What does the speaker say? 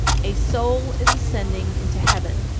a soul is ascending into heaven.